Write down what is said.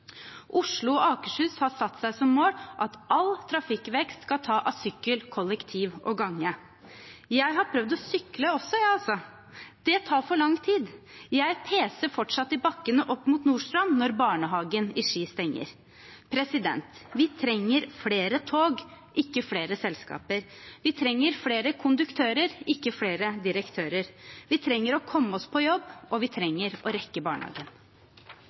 Oslo og Akershus har satt seg som mål at all trafikkvekst skal tas med kollektivtransport, sykkel og gange. Jeg har prøvd å sykle også, jeg altså. Det tar for lang tid. Jeg peser fortsatt i bakkene opp mot Nordstrand når barnehagen i Ski stenger. Vi trenger flere tog, ikke flere selskaper. Vi trenger flere konduktører, ikke flere direktører. Vi trenger å komme oss på jobb, og vi trenger å rekke barnehagen.